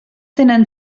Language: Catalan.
tenen